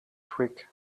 twig